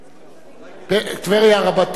טבריה-רבתי,